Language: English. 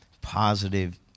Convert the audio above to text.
positive